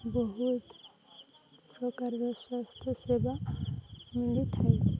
ବହୁତ ପ୍ରକାରର ସ୍ୱାସ୍ଥ୍ୟ ସେବା ମିଳିଥାଏ